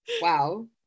Wow